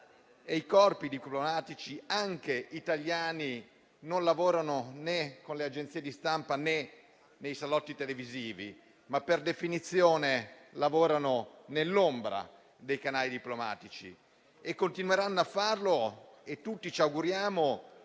i corpi diplomatici anche italiani non lavorano né con le agenzie di stampa né nei salotti televisivi, ma per definizione lavorano nell'ombra dei canali diplomatici, e continueranno a farlo, augurandoci